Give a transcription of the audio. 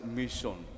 mission